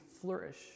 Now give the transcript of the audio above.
flourish